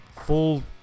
full